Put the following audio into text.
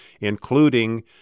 including